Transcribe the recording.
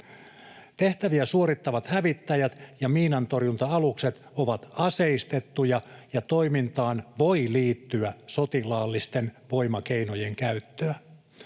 Tehtäviä suorittavat hävittäjät ja miinantorjunta-alukset ovat aseistettuja, ja toimintaan voi liittyä sotilaallisten voimakeinojen käyttöä.